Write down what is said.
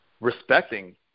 respecting